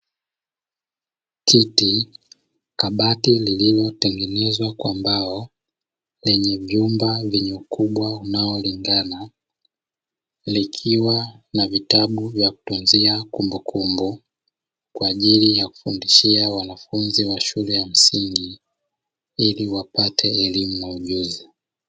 kiti, kabati lililotengenezwa kwa mbao lenye vyumba vyenye ukubwa unao lingana likiwa na vitabu vya kutunzia kumbukumbu kwajili ya kufundishia wanafunzi wa shule ya msingi ili wapate elimu na ujuzi.